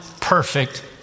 perfect